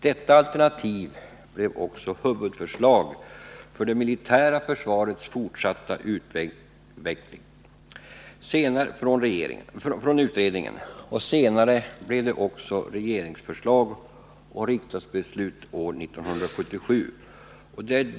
Detta alternativ blev också utredningens huvudförslag beträffande det militära försvarets fortsatta utveckling. Senare blev det också regeringsförslag och år 1977 riksdagsbeslut.